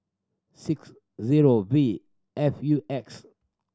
six zero V F U X